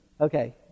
Okay